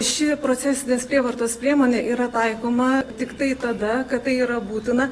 ši procesinės prievartos priemonė yra taikoma tiktai tada kai tai yra būtina